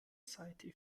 seite